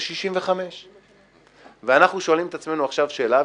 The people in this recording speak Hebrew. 65. ואנחנו שואלים את עצמנו עכשיו שאלה,